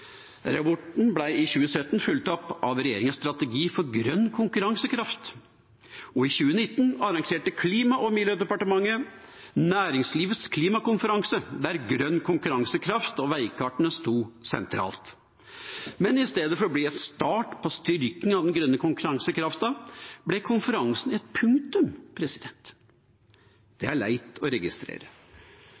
i 2017 fulgt opp av regjeringas strategi for grønn konkurransekraft, og i 2019 arrangerte Klima- og miljødepartementet Næringslivets klimakonferanse hvor grønn konkurransekraft og veikartene sto sentralt. Men i stedet for å bli en start på en styrking av den grønne konkurransekrafta ble konferansen et punktum. Det er leit å registrere.